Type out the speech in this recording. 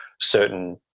certain